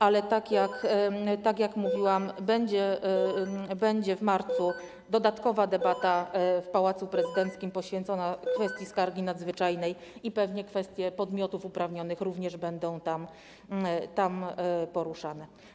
Ale tak jak mówiłam, będzie w marcu dodatkowa debata w Pałacu Prezydenckim poświęcona kwestii skargi nadzwyczajnej i pewnie kwestie podmiotów uprawnionych również będą tam poruszane.